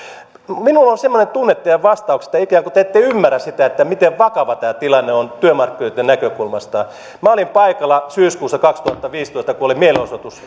minulla on semmoinen tunne teidän vastauksistanne että ikään kuin te ette ymmärrä sitä miten vakava tämä tilanne on työmarkkinoitten näkökulmasta minä olin paikalla syyskuussa kaksituhattaviisitoista kun oli mielenosoitus